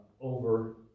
over